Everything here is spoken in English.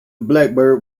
blackbird